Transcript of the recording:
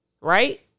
right